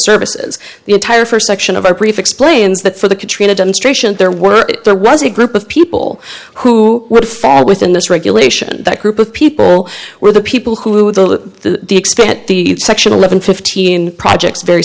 services the entire first section of our brief explains that for the katrina demonstration there were there was a group of people who would fall within this regulation that group of people were the people who the extent the section eleven fifteen projects very